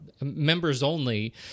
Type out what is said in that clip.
members-only